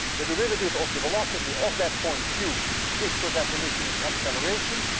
the derivative of the velocity of that point q is, per definition, its acceleration,